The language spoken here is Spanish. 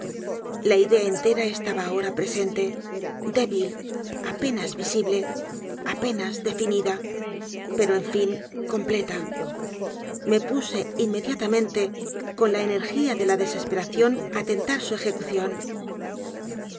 la idea entera estaba ahora presente débil apenas visible apenas definida pero en fin completa me puse inmediatamente con la energía de la desesperación á tentar su ejecución